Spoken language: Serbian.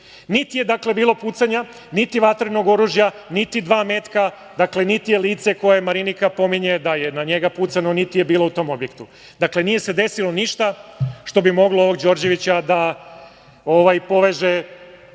dakle, bilo pucanja, niti vatrenog oružja, niti dva metka. Dakle, niti je lice koje Marinika pominje da je na njega pucano bilo u tom objektu. Dakle, nije se desilo ništa što bi moglo ovog Đorđevića da poveže